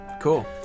cool